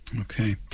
okay